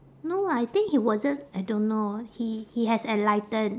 no ah I think he was just I don't know he he has enlighten